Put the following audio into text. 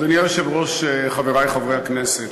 אדוני היושב-ראש, חברי חברי הכנסת,